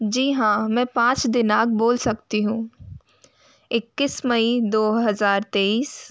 जी हाँ मैं पाँच दिनांक बोल सकती हूँ इक्कीस मई दो हजार तईस